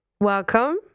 welcome